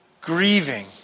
grieving